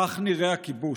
כך נראה הכיבוש.